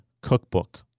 cookbook